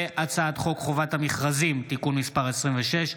הצעת חוק חובת המכרזים (תיקון מס' 26),